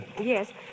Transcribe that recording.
Yes